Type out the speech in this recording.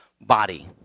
body